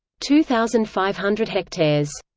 two thousand five hundred hectares.